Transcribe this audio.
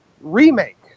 remake